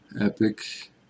Epic